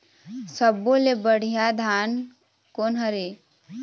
सब्बो ले बढ़िया धान कोन हर हे?